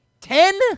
Ten